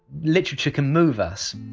literature can move us.